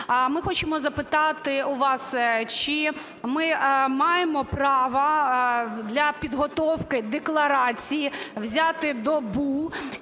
Ми хочемо запитати у вас. Чи ми маємо право для підготовки декларації взяти добу